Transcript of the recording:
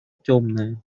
темная